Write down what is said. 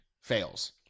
fails